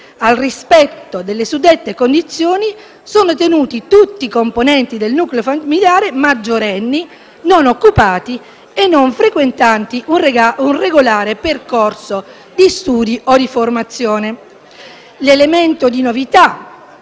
Al rispetto delle suddette condizioni sono tenuti tutti i componenti del nucleo familiare maggiorenni, non occupati e non frequentanti un regolare percorso di studio o di formazione.